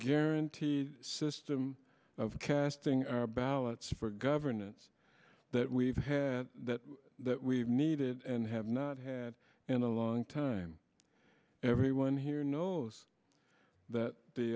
guaranteed system of casting our ballots for governance that we've had that that we needed and have not had in a long time everyone here knows that the